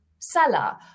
seller